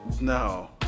No